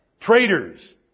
traitors